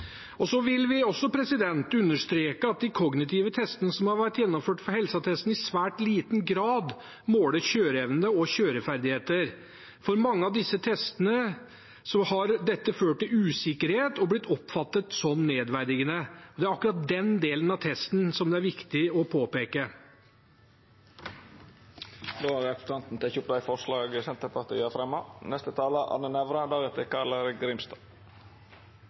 Så vil vi understreke at de kognitive testene som har vært gjennomført for helseattesten, i svært liten grad måler kjøreevne og kjøreferdigheter. Når det gjelder mange av disse testene, har dette ført til usikkerhet og blitt oppfattet som nedverdigende. Det er akkurat den delen av testen som det er viktig å påpeke. Då har representanten Bengt Fasteraune teke opp